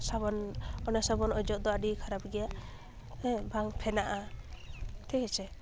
ᱥᱟᱵᱚᱱ ᱚᱱᱟ ᱥᱟᱵᱚᱱ ᱚᱡᱚᱜ ᱫᱚ ᱟᱹᱰᱤ ᱠᱷᱟᱨᱟᱯ ᱜᱮᱭᱟ ᱦᱮᱸ ᱵᱟᱝ ᱯᱷᱮᱱᱟᱜᱼᱟ ᱴᱷᱤᱠ ᱟᱪᱷᱮ